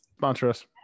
Montrose